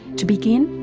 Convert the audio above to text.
to begin,